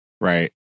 right